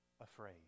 afraid